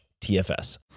TFS